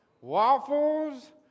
waffles